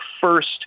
first